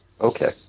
Okay